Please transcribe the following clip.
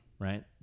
right